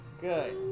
good